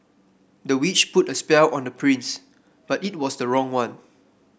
the witch put a spell on the prince but it was the wrong one